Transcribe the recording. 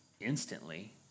instantly